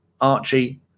Archie